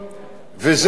וזה בסדר.